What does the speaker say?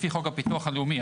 לפי חוק הביטוח הלאומי.